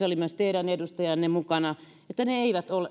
oli myös teidän edustajanne mukana että ne eivät